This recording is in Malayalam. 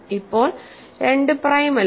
ഇപ്പോൾ 2 പ്രൈം അല്ല